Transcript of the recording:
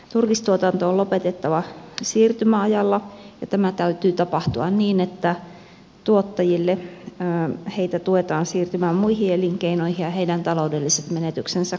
turkistuotanto on lopetettava siirtymäajalla ja tämän täytyy tapahtua niin että tuottajia tuetaan siirtymään muihin elinkeinoihin ja heidän taloudelliset menetyksensä korvataan